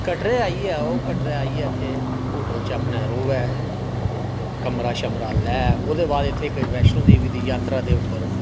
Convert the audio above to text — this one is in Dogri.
कटरा आई ओह् कटरा आइयै इत्थै होटल च अपने ओह् ऱवै कमरा शमरा लेऐ ओर ओह्दे बाद इत्थै ओह् इक वैष्णो देवी दी यात्रा दे उप्पर